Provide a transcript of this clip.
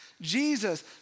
Jesus